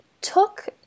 took